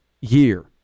year